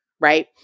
right